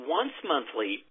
once-monthly